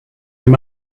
him